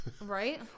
right